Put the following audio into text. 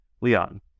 Leon